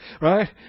Right